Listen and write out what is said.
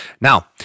Now